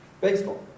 baseball